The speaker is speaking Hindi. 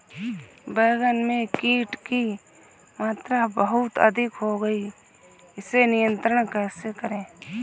बैगन में कीट की मात्रा बहुत अधिक हो गई है इसे नियंत्रण कैसे करें?